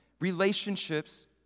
relationships